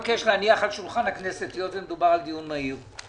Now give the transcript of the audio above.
היות ומדובר בדיון מהיר,